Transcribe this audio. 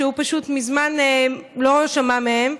שהוא מזמן לא שמע מהם,